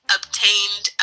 obtained